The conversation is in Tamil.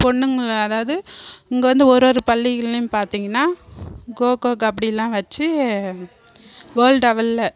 பொண்ணுங்களை அதாவது இங்கே வந்து ஒரு ஒரு பள்ளிகள்லையும் பார்த்திங்கனா கொக்கோ கபடி எல்லாம் வச்சு வேர்ல்டு அவல்ல